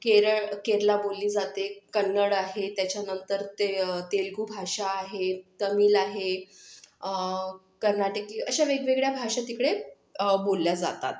केरळ केरला बोलली जाते कन्नड आहे त्याच्यानंतर ते तेलगू भाषा आहे तमीळ आहे कर्नाटकी अशा वेगवेगळ्या भाषा तिकडे बोलल्या जातात